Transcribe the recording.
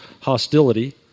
hostility